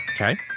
Okay